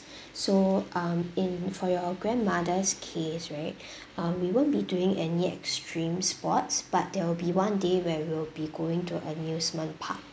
so um in for your grandmother's case right um we won't be doing any extreme sports but there will be one day where we will be going to amusement park